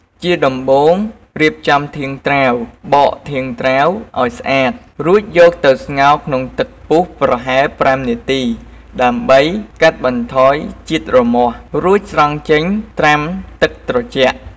ជាដំបូង រៀបចំធាងត្រាវ បកធាងត្រាវឱ្យស្អាត រួចយកទៅស្ងោរក្នុងទឹកពុះប្រហែល ៥ នាទីដើម្បីកាត់បន្ថយជាតិរមាស់ រួចស្រង់ចេញត្រាំទឹកត្រជាក់។